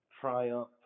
triumph